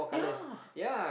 yeah